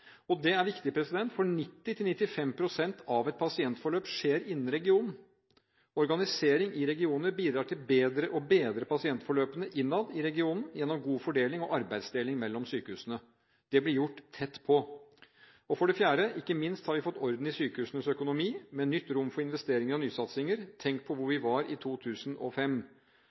forhold. Det er viktig, for 90–95 pst. av et pasientforløp skjer innen regionen. Organisering i regioner bidrar til å bedre pasientforløpene innad i regionen gjennom god fordeling og arbeidsdeling mellom sykehusene. Det blir gjort tett på. For det fjerde har vi ikke minst fått orden i sykehusenes økonomi, med nytt rom for investering og nysatsinger – tenk på hvor vi var i 2005.